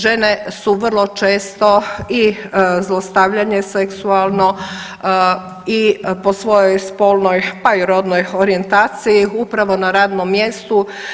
Žene su vrlo često i zlostavljanje seksualno i po svojoj spolnoj pa i rodnoj orijentaciji upravo na radnom mjestu.